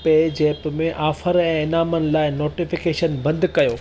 पेज़ेप्प में ऑफर ऐं ईनामनि लाइ नोटिफिकेशन बंदि कयो